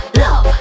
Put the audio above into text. love